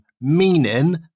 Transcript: meaning